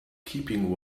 keeping